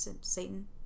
Satan